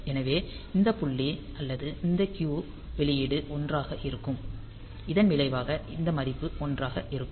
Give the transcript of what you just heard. எனவே இந்த புள்ளி அல்லது இந்த Q வெளியீடு 1 ஆக இருக்கும் இதன் விளைவாக இந்த மதிப்பு 1 ஆக இருக்கும்